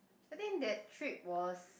I think that trip was